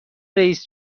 رییس